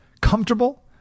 comfortable